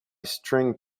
string